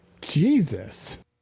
Jesus